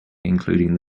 including